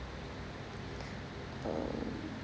uh